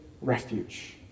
refuge